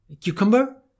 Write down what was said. cucumber